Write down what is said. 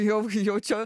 jau jaučiu